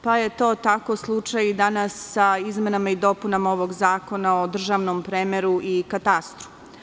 Pa je takav slučaj i danas sa izmenama i dopunama Zakonao državnom premeru i katastru.